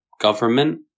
government